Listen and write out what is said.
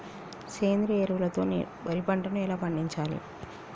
సేంద్రీయ ఎరువుల తో నేను వరి పంటను ఎలా పండించాలి?